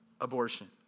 abortion